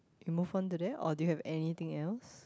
can move on to there or do you have anything else